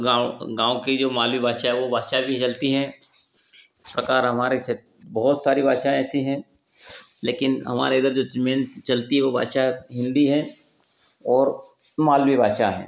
गाँव गाँव की जो मालवी भाषा है वो भाषा भी चलती है इस प्रकार हमारे बहुत सारी भाषाएँ ऐसी हैं लेकिन हमारे इधर जो मेन चलती है वह भाषा हिन्दी है ओर मालवी भाषा है